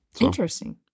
Interesting